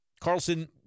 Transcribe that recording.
Carlson